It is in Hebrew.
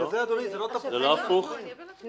ובגלל זה, אדוני, זה לא תפוחים מול תפוחים.